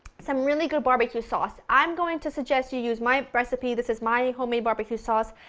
some really good barbecue sauce. i'm going to suggest you use my recipe this is my homemade barbecue sauce.